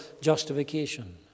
justification